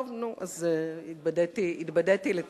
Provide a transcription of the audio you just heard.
טוב, נו אז התבדיתי לטובה.